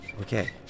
Okay